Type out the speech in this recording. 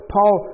Paul